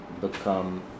become